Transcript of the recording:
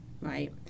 right